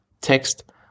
text